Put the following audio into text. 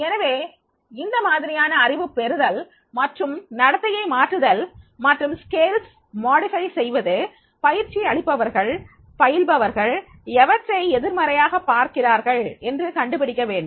எனவே இந்த மாதிரியான அறிவு பெறுதல் மற்றும் நடத்தையை மாற்றுதல் மற்றும் அளவுகளை மாற்றம் செய்வது பயிற்சி அளிப்பவர்கள் பயில்பவர்கள் எவற்றை நேர்மறையாக பார்க்கிறார்கள் என்று கண்டுபிடிக்க வேண்டும்